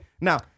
now